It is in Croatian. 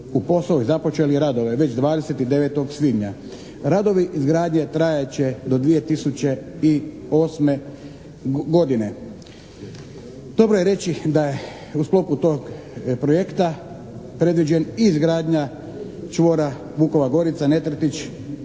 u posao i započeli radove već 29. svibnja. Radovi izgradnje trajat će do 2008. godine. Dobro je reći da u sklopu tog projekta predviđen i izgradnja čvora Vukova Gorica-Netretić